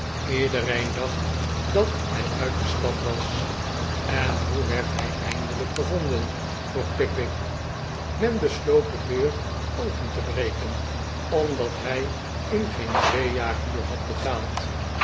iedereen dacht dat hij uit de stad was en hoe werd hij eindelijk gevonden vroeg pickwick men besloot de deur open te breken omdat hij in geen twee jaar huur had betaald